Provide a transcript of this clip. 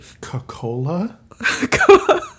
Coca-Cola